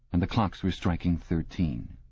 and the clocks were striking thirteen.